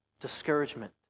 discouragement